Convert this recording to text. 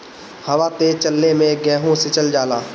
हवा तेज चलले मै गेहू सिचल जाला?